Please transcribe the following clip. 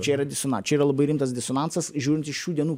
čia yra disona čia yra labai rimtas disonansas žiūrint iš šių dienų